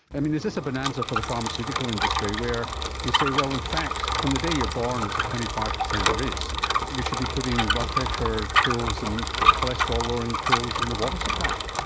and is this a bonanza for the pharmaceutical industry where you say, well, in fact from the day you're born it's a twenty five percent risk, we should be putting blood pressure pills and cholesterol-lowering pills in the water supply?